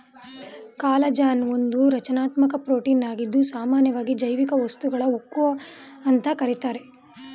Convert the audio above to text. collagen ಒಂದು ರಚನಾತ್ಮಕ ಪ್ರೋಟೀನಾಗಿದ್ದು ಸಾಮನ್ಯವಾಗಿ ಜೈವಿಕ ವಸ್ತುಗಳ ಉಕ್ಕು ಅಂತ ಕರೀತಾರೆ